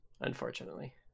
Unfortunately